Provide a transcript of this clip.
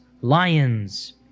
lions